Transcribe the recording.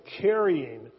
carrying